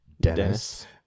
Dennis